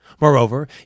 Moreover